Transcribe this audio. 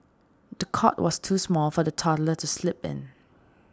the cot was too small for the toddler to sleep in